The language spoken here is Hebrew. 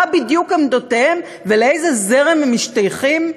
מה בדיוק עמדותיהם ולאיזה זרם הם משתייכים?